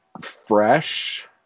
fresh